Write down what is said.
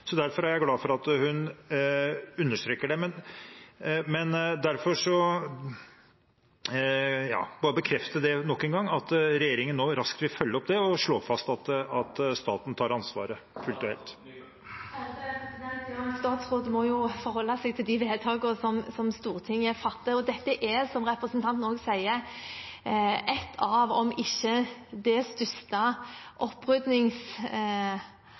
så derfor er jeg glad for at hun understreker det. Kan hun bare nok en gang bekrefte at regjeringen vil følge det opp raskt, og slå fast at staten tar det ansvaret? En statsråd må jo forholde seg til de vedtakene Stortinget fatter, og dette er, som representanten sier, et av de største, om ikke det